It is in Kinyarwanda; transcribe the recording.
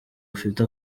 ufite